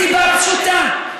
מסיבה פשוטה,